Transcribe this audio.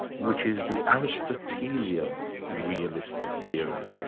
which is the aristotelian realist theory.